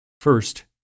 First